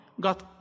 God